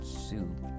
soup